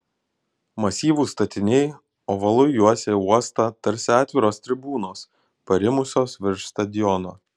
masyvūs statiniai ovalu juosė uostą tarsi atviros tribūnos parimusios virš stadiono